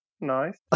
nice